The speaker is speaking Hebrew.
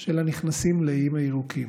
של הנכנסים לאיים הירוקים.